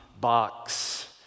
Box